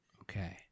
Okay